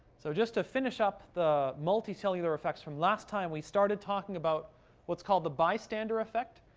so just to finish up the multicellular effects from last time, we started talking about what's called the bystander effect,